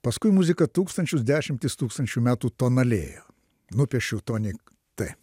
paskui muzika tūkstančius dešimtis tūkstančių metų tonalėjo nupiešiau tonik tai